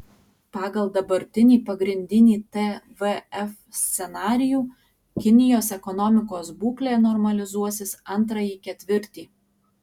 pagal dabartinį pagrindinį tvf scenarijų kinijos ekonomikos būklė normalizuosis antrąjį ketvirtį